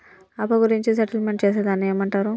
అప్పు గురించి సెటిల్మెంట్ చేసేదాన్ని ఏమంటరు?